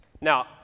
Now